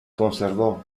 conservò